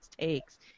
takes